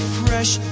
fresh